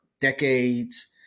decades